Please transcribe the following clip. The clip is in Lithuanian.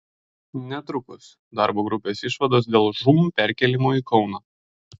netrukus darbo grupės išvados dėl žūm perkėlimo į kauną